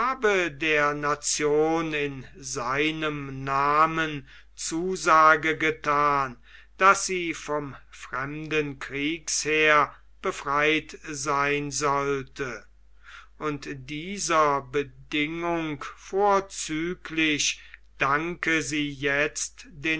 der nation in seinem namen zusage gethan daß sie von dem fremden kriegsheere befreit sein sollte und dieser bedingung vorzüglich danke sie jetzt